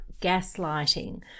gaslighting